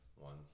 ones